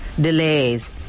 delays